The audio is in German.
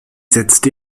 setzte